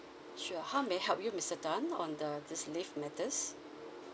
sure how may I help you mister dan on the this leave matters